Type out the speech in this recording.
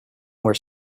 were